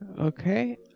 Okay